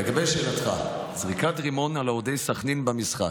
לגבי שאלתך על זריקת רימון על אוהדי סח'נין במשחק,